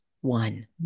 one